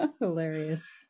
Hilarious